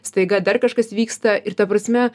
staiga dar kažkas vyksta ir ta prasme